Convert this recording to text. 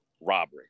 robbery